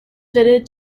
fitted